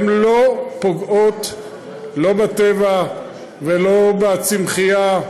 הן לא פוגעות לא בטבע ולא בצמחייה.